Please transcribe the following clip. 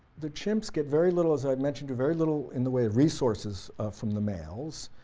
the chimps get very little, as i mentioned, very little in the way of resources from the males.